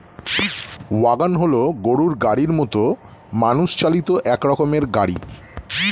wagon হল গরুর গাড়ির মতো মানুষ চালিত এক রকমের গাড়ি